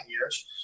years